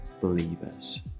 believers